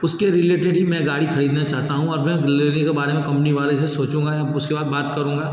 उसके रिलेटेड ही मैं गाड़ी खरीदना चाहता हूँ और मैं डिलिवरी के बारे में कंपनी के बारे से सोचूंगा उसके बाद बात करूँगा